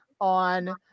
on